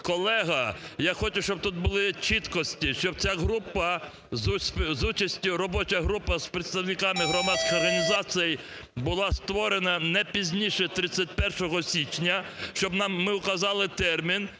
колега, я хочу, щоб тут були чіткості, щоб ця група з участю… робоча група з представниками громадських організацій була створена не пізніше 31 січня, щоб ви вказали термін.